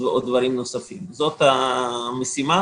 דברים נוספים זו המשימה.